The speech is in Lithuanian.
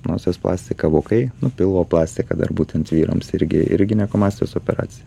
nosies plastika vokai nu pilvo plastika dar būtent vyrams irgi ir ginekomastijos operacija